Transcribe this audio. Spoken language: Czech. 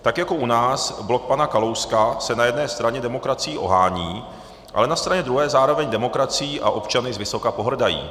Tak jako u nás blok pana Kalouska se na jedné straně demokracií ohání, ale na straně druhé zároveň demokracií a občany zvysoka pohrdají.